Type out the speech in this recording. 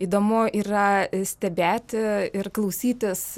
įdomu yra stebėti ir klausytis